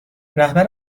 رهبر